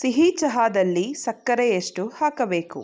ಸಿಹಿ ಚಹಾದಲ್ಲಿ ಸಕ್ಕರೆ ಎಷ್ಟು ಹಾಕಬೇಕು